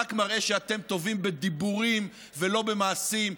ורק מראה שאתם טובים בדיבורים ולא במעשים,